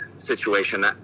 Situation